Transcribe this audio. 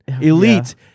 Elite